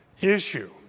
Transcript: issue